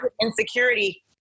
insecurity